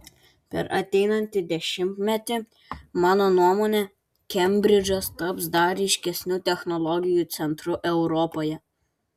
per ateinantį dešimtmetį mano nuomone kembridžas taps dar ryškesniu technologijų centru europoje